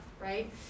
right